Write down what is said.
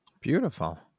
Beautiful